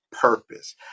purpose